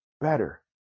better